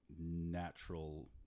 natural